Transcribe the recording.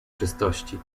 czystości